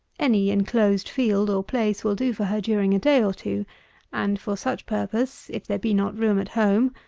any enclosed field or place will do for her during a day or two and for such purpose, if there be not room at home,